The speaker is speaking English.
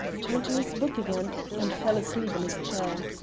turned to his book again, and fell asleep in his chair.